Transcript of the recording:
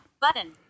button